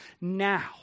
now